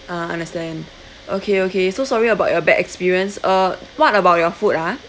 ah understand okay okay so sorry about your bad experience uh what about your food ah